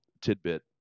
tidbit